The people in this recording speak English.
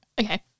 Okay